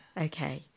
okay